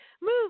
move